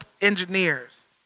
engineers